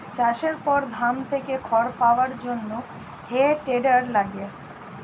চাষের পর ধান থেকে খড় পাওয়ার জন্যে হে টেডার লাগে